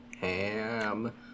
ham